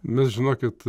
mes žinokit